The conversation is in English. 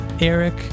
Eric